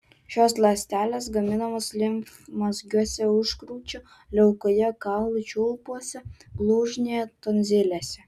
šios ląstelės gaminamos limfmazgiuose užkrūčio liaukoje kaulų čiulpuose blužnyje tonzilėse